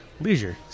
leisure